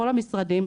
כל המשרדים,